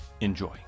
Enjoy